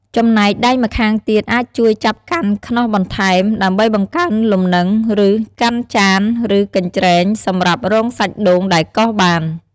ចំណែកដៃម្ខាងទៀតអាចជួយចាប់កាន់ខ្នោសបន្ថែម ដើម្បីបង្កើនលំនឹង ឬ កាន់ចាន ឬ កញ្ច្រែងសម្រាប់រងសាច់ដូងដែលកោសបាន។